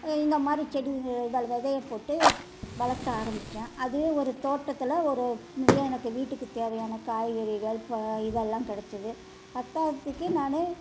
இந்த மாதிரி செடிங்க இதை விதையப் போட்டு வளர்த்த ஆரம்பிச்சேன் அது ஒரு தோட்டத்தில் ஒரு நிறையா எனக்கு வீட்டுக்குத் தேவையான காய்கறிகள் ப இதெல்லாம் கிடைச்சது பத்தாததுக்கு நான்